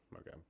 okay